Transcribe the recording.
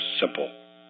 simple